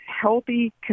healthy